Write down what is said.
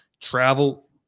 travel